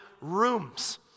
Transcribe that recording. rooms